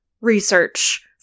research